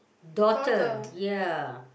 daughter ya